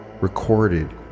recorded